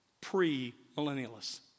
pre-millennialists